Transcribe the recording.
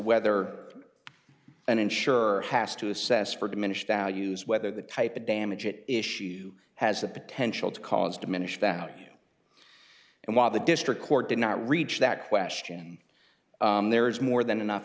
whether and insure has to assess for diminished value is whether the type of damage it issue has the potential to cause diminish that and while the district court did not reach that question there is more than enough